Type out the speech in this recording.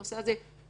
הנושא הזה נזכר